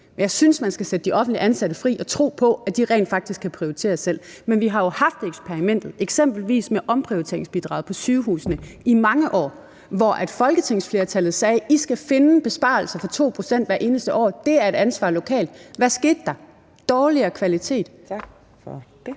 Jeg synes, man skal sætte de offentligt ansatte fri og tro på, at de rent faktisk kan prioritere selv. Men vi har jo haft eksperimentet, eksempelvis med omprioriteringsbidraget på sygehusene i mange år, hvor folketingsflertallet sagde: I skal finde besparelser på 2 pct. hvert eneste år, og det er et ansvar lokalt. Hvad skete der? Der kom dårligere kvalitet. Kl.